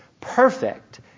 perfect